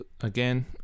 again